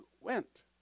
went